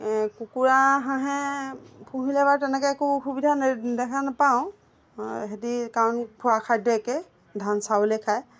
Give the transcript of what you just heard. কুকুৰা হাঁহে পুহিলে বাৰু তেনেকে একো সুবিধা দেখা নাপাওঁ সিহঁতে কাৰণ খোৱা খাদ্য একে ধান চাউলে খায়